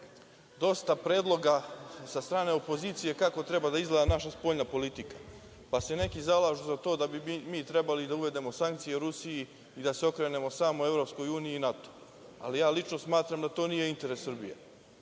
dosta predloga sa strane opozicije kako treba da izgleda naša spoljna politika, pa se neki zalažu za to da bi mi trebali da uvedemo sankcije Rusiji i da se okrenemo samo EU i NATO, ali lično smatram da to nije interes Srbije.